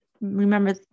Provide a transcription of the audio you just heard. remember